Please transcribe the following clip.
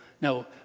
now